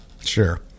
Sure